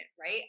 right